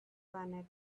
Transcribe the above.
planet